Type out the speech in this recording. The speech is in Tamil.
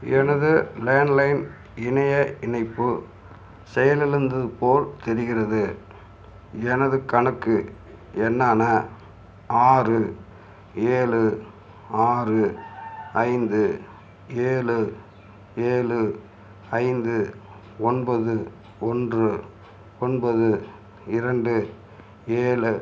எனது லேண்ட்லைன் இணைய இணைப்பு செயலிழந்தது போல் தெரிகிறது எனது கணக்கு எண்ணான ஆறு ஏழு ஆறு ஐந்து ஏழு ஏழு ஐந்து ஒன்பது ஒன்று ஒன்பது இரண்டு ஏழு